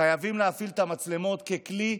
חייבים להפעיל את המצלמות ככלי,